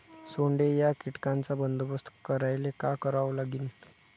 सोंडे या कीटकांचा बंदोबस्त करायले का करावं लागीन?